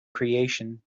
creation